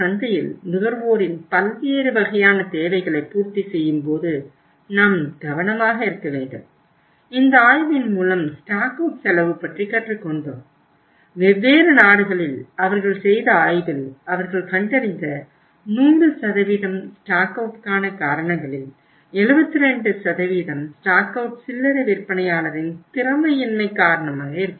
சந்தையில் நுகர்வோரின் பல்வேறு வகையான தேவைகளைப் பூர்த்தி செய்யும் போது நாம் கவனமாக இருக்க வேண்டும் இந்த ஆய்வின் மூலம் ஸ்டாக் அவுட் சில்லறை விற்பனையாளரின் திறமையின்மை காரணமாக இருக்கிறது